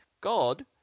God